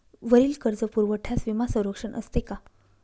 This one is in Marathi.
वरील कर्जपुरवठ्यास विमा संरक्षण असते का?